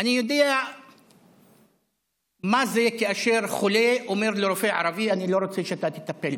אני יודע מה זה כאשר חולה אומר לרופא ערבי: אני לא רוצה שאתה תטפל בי,